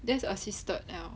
that's assisted liao